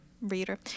reader